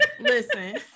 Listen